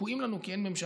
תקוע לנו כי אין ממשלה,